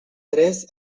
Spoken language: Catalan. tres